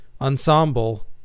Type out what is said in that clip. ensemble